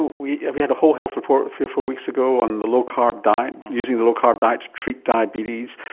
we we had a whole health report three or four weeks ago on the low carb diet, using the low carb diet to treat diabetes,